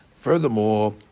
Furthermore